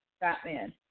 Batman